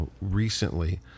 recently